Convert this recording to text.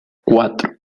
cuatro